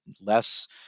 less